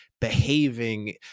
behaving